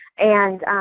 and